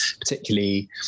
particularly